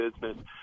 business